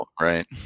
Right